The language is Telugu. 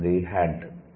'హ్యాండ్'